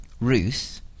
Ruth